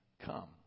come